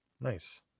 nice